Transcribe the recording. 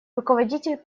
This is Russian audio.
руководитель